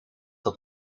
dat